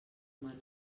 mal